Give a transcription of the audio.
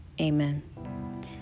amen